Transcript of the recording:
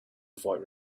avoid